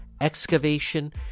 excavation